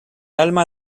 alma